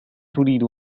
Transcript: تريد